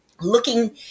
looking